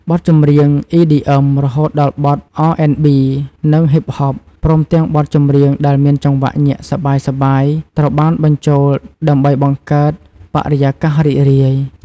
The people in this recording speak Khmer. បទចម្រៀង អ៊ីឌីអឹម រហូតដល់បទ អរអេនប៊ី និង ហ៊ីបហប ព្រមទាំងបទចម្រៀងដែលមានចង្វាក់ញាក់សប្បាយៗ ត្រូវបានបញ្ចូលដើម្បីបង្កើតបរិយាកាសរីករាយ។